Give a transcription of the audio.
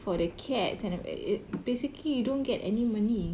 for the cats and uh basically you don't get any money